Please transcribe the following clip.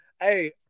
Hey